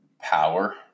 power